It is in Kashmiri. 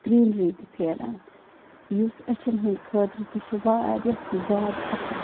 گرٛیٖنری تہِ پھیران یُس أچھَن ہٕنٛدۍ خٲطرٕ تہِ چھِ واریاہ زیادٕ اصٕل